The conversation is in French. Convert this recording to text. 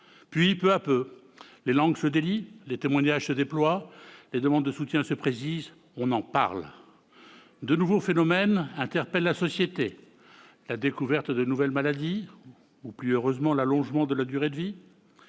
Puis, peu à peu, les langues se délient, les témoignages se déploient, les demandes de soutien se précisent : on en parle ! De nouveaux phénomènes interpellent la société, comme la découverte de certaines maladies ou, plus heureusement, l'allongement de la durée de vie.